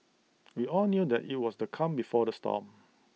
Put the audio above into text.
we all knew that IT was the calm before the storm